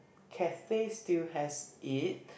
cafe still has it